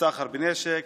וסוחר בנשק,